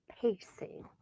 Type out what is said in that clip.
pacing